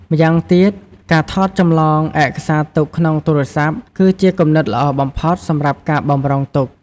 ម្យ៉ាងទៀត ការថតចម្លងឯកសារទុកក្នុងទូរស័ព្ទ គឺជាគំនិតល្អបំផុតសម្រាប់ការបម្រុងទុក ។